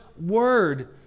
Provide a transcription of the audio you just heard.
word